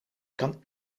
kan